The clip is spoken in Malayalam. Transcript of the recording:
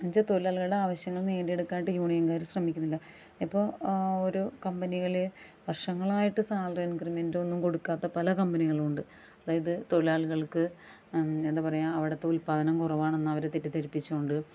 എന്ന് വെച്ചാൽ തൊഴിലാളികളുടെ ആവശ്യങ്ങള് നേടിയെടുക്കാനായിട്ട് യൂണിയന്കാര് ശ്രമിക്കുന്നില്ല ഇപ്പോൾ ഒരു കമ്പനികളിൽ വര്ഷങ്ങളായിട്ട് സാലറി ഇൻക്രിമെൻറ്റൊന്നും കൊടുക്കാത്ത പല കമ്പനികളുവുണ്ട് അതായത് തൊഴിലാളികള്ക്ക് എന്ത പറയുക അവിടുത്തെ ഉല്പാദനം കുറവാണന്നവരെ തെറ്റിദ്ധരിപ്പിച്ച് കൊണ്ട്